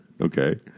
Okay